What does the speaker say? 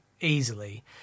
Easily